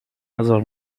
نزار